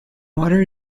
water